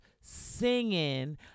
singing